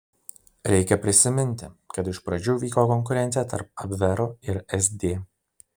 reikia prisiminti kad iš pradžių vyko konkurencija tarp abvero ir sd